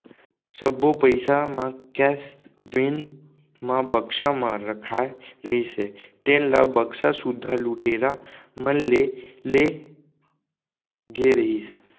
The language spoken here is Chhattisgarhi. सब्बो पइसा म कैस वेन म बक्सा म रखाए रहिस हे तेन ल बक्सा सुद्धा लुटेरा मन ले गे रहिस